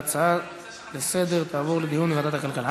ההצעות לסדר-היום תועברנה לדיון בוועדת הכלכלה.